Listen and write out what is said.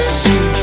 see